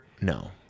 No